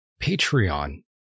Patreon